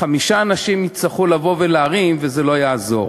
חמישה אנשים יצטרכו לבוא ולהרים וזה לא יעזור.